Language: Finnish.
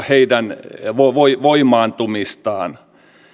heidän voimaantumistaan ei edesauteta